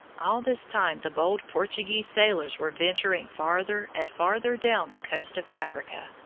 all this time the bold portuguese sailors were venturing farther and farther down the coast of africa.